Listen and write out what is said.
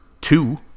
two